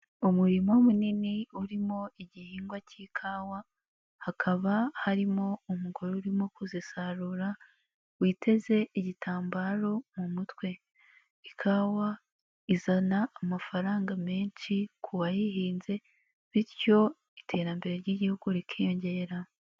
Umurima munini urimo igihingwa cy'ikawa, hakaba harimo umugore urimo kuzisarura witeze igitambaro mu mutwe. Ikawa izana amafaranga menshi ku wayihinze, bityo iterambere ry'Igihugu rikiyongera.